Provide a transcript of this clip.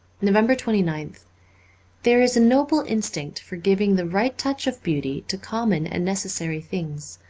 november twenty ninth there is a noble instinct for giving the right touch of beauty to common and necessary things,